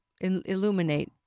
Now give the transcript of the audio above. illuminate